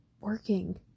working